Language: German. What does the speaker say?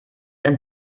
ein